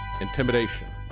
intimidation